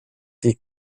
die